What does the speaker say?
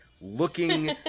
looking